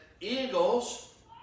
eagles